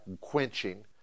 quenching